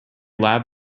lab